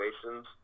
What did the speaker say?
situations